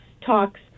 talks